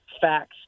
facts